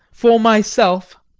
for myself,